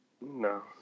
No